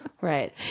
right